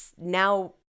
now